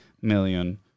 million